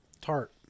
tart